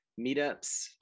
meetups